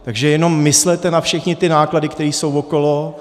Takže jenom myslete na všechny ty náklady, které jsou okolo.